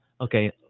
okay